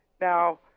Now